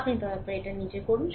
আপনি দয়া করে এটি নিজের করুন